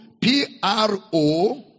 P-R-O